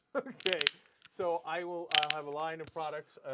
okay so i will have a line of products ah.